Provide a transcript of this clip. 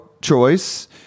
choice